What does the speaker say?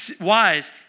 wise